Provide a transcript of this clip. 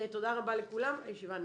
תודה רבה לכולם, הישיבה נעולה.